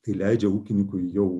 tai leidžia ūkininkui jau